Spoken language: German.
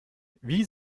wie